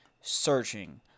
searching